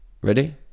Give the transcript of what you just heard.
Ready